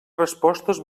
respostes